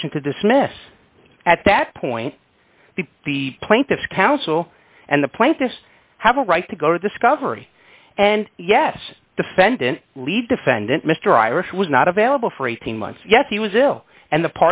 motion to dismiss at that point the the plaintiffs counsel and the plaintiffs have a right to go to discovery and yes defendant lead defendant mr irish was not available for eighteen months yet he was ill and the